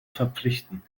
verpflichten